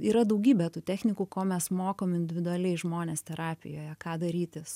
yra daugybė tų technikų ko mes mokom individualiai žmones terapijoje ką daryti